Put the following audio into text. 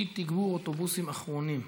אי-תגבור אוטובוסים אחרונים.